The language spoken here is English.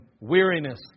weariness